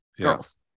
Girls